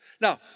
Now